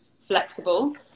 flexible